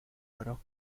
oro